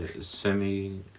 Semi